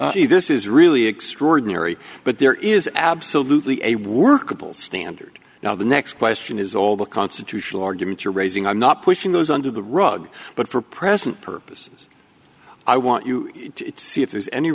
be this is really extraordinary but there is absolutely a workable standard now the next question is all the constitutional arguments you're raising i'm not pushing those under the rug but for present purposes i want you to see if there's any